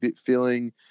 feeling